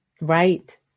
Right